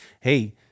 Hey